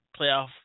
playoff